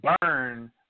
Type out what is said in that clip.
burn